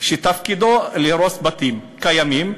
שתפקידו להרוס בתים קיימים,